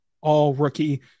all-rookie